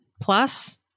plus